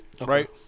right